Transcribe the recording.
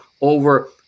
over